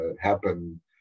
happen